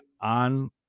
on